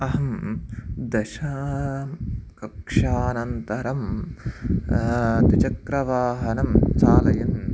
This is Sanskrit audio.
अहं दश कक्षानन्तरं द्विचक्रवाहनं चालयन्